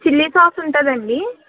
chilli sauce ఉంటదండీ